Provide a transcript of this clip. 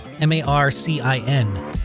M-A-R-C-I-N